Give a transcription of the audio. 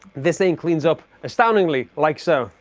this thing cleans up astoundingly like so